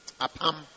Apam